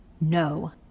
No